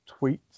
tweets